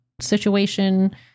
situation